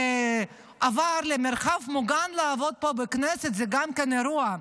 ועבר למרחב מוגן לעבוד פה בכנסת, זה גם כן אירוע.